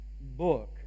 book